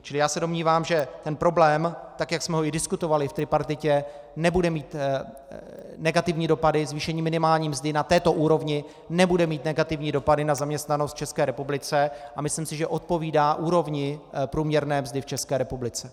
Čili já se domnívám, že ten problém, tak jak jsme ho i diskutovali v tripartitě, nebude mít negativní dopady, zvýšení minimální mzdy na této úrovni nebude mít negativní dopady na zaměstnanost v České republice, a myslím, že odpovídá úrovni průměrné mzdy v České republice.